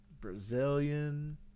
Brazilian